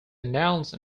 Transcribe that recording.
announced